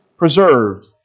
preserved